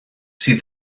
sydd